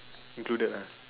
included ah